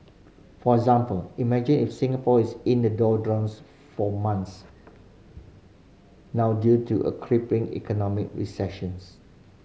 for example imagine if Singapore is in the doldrums for months now due to a crippling economic recessions